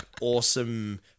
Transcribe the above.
awesome